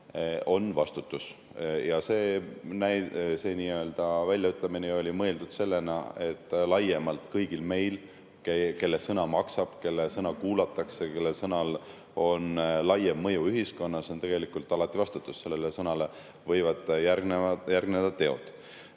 on vastutus. Ja see väljaütlemine oli mõeldud sellisena, et laiemalt kõigil meil, kelle sõna maksab, kelle sõna kuulatakse, kelle sõnal on laiem mõju ühiskonnas, on tegelikult alati vastutus, sellele sõnale võivad järgneda teod.